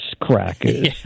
crackers